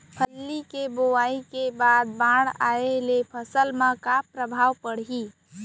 फल्ली के बोआई के बाद बाढ़ आये ले फसल मा का प्रभाव पड़ही?